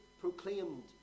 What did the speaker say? proclaimed